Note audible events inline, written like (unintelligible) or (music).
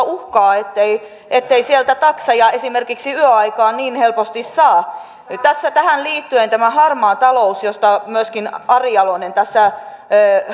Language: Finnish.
(unintelligible) uhkaa se ettei sieltä takseja esimerkiksi yöaikaan niin helposti saa tähän liittyy harmaa talous jonka myöskin ari jalonen tässä